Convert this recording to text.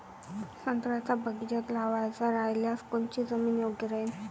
संत्र्याचा बगीचा लावायचा रायल्यास कोनची जमीन योग्य राहीन?